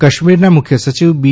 કાશ્મીરના મુખ્ય સચિવ બી